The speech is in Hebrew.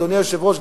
אדוני היושב-ראש,